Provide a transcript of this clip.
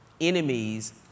enemies